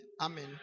Amen